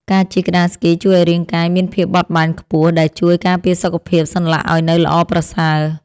ការជិះក្ដារស្គីជួយឱ្យរាងកាយមានភាពបត់បែនខ្ពស់ ដែលជួយការពារសុខភាពសន្លាក់ឱ្យនៅល្អប្រសើរ។